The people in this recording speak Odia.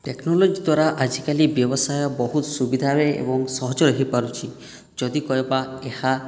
ଟେକ୍ନୋଲୋଜି ଦ୍ୱାରା ଆଜିକାଲି ବ୍ୟବସାୟ ବହୁତ ସୁବିଧାରେ ଏବଂ ସହଜରେ ହୋଇପାରୁଛି ଯଦି କହିବା ଏହା